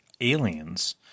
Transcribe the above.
Aliens